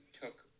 took